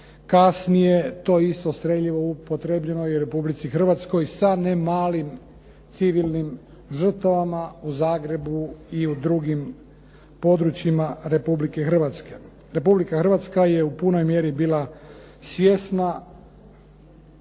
kasnije to isto streljivo upotrijebljeno je i u Republici Hrvatskoj sa ne malim civilnim žrtvama u Zagrebu i u drugim područjima Republike Hrvatske. Republika Hrvatska je u punoj mjeri bila svjesna